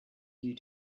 you